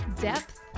depth